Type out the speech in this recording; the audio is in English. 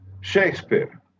Shakespeare